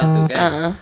a'ah